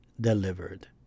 delivered